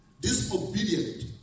disobedient